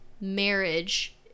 marriage